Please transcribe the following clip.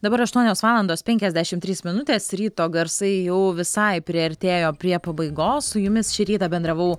dabar aštuonios valandos penkiasdešimt trys minutės ryto garsai jau visai priartėjo prie pabaigos su jumis šį rytą bendravau